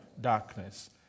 darkness